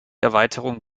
erweiterung